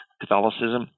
Catholicism